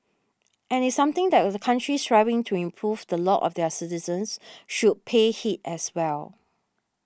and it's something that countries striving to improve the lot of their citizens should pay heed as well